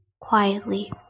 quietly